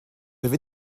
avez